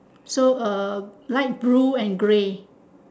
so uh light blue and grey